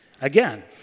Again